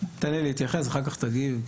תן לי להתייחס ואחר כך תגיב.